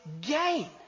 gain